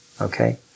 Okay